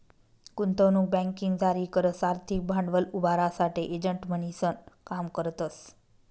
गुंतवणूक बँकिंग जारी करस आर्थिक भांडवल उभारासाठे एजंट म्हणीसन काम करतस